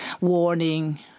warning